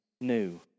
new